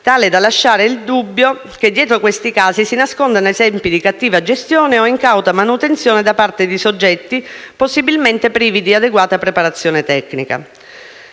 tale da lasciare il dubbio che dietro a questi casi si nascondano esempi di cattiva gestione o incauta manutenzione da parte di soggetti, possibilmente privi di adeguata preparazione tecnica;